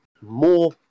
more